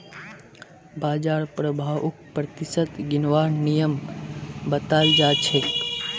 बाजार प्रभाउक प्रतिशतत गिनवार नियम बताल जा छेक